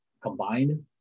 combined